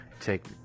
take